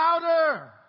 louder